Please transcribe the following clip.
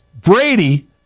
Brady